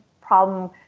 problem